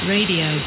Radio